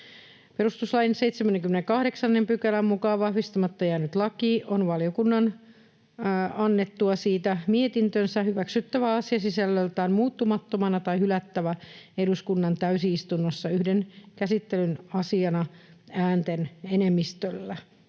Perustuslain 78 §:n mukaan vahvistamatta jäänyt laki on valiokunnan annettua siitä mietintönsä hyväksyttävä asiasisällöltään muuttamattomana tai hylättävä eduskunnan täysistunnossa yhden käsittelyn asiana äänten enemmistöllä.